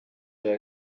were